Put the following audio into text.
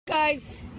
Guys